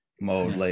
mode